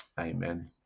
amen